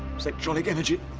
zectronic energy